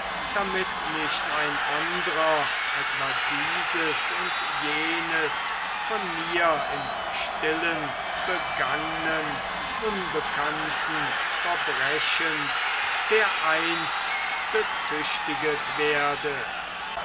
damit nicht ein andrer etwa dieses oder jenes von mir im stillen begangnen unbekannten verbrechens dereinst bezichtiget werde